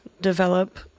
develop